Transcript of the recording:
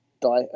Die